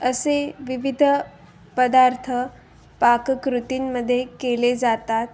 असे विविध पदार्थ पाककृतींमध्ये केले जातात